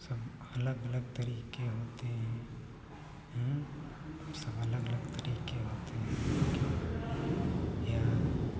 सब अलग अलग तरीके होते हैं सब अलग अलग तरीके होते हैं की या